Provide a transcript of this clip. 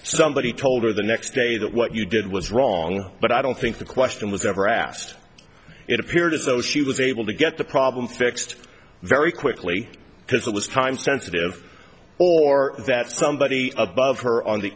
somebody told her the next day that what you did was wrong but i don't think the question was ever asked it appeared as though she was able to get the problem fixed very quickly because it was time sensitive or that somebody above her on the